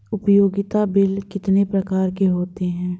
उपयोगिता बिल कितने प्रकार के होते हैं?